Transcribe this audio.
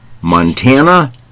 Montana